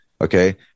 Okay